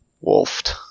wolfed